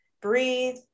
Breathe